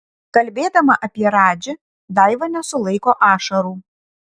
kalbėdama apie radži daiva nesulaiko ašarų